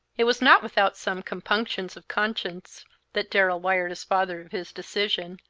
it was not without some compunctions of conscience that darrell wired his father of his decision,